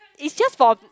it's just for